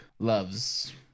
Loves